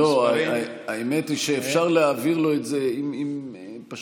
האמת היא שאפשר להעביר לו את זה בכתב.